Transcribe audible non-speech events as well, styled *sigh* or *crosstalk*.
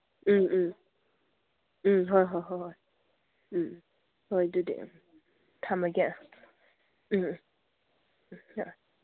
ꯎꯝ ꯎꯝ ꯎꯝ ꯍꯣꯏ ꯍꯣꯏ ꯍꯣꯏ ꯎꯝ ꯍꯣꯏ ꯑꯗꯨꯗꯤ ꯎꯝ ꯊꯝꯃꯒꯦ ꯎꯝ ꯎꯝ *unintelligible*